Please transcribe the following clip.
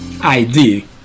ID